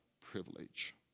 privilege